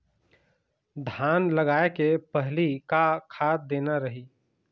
धान लगाय के पहली का खाद देना रही?